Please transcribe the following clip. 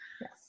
yes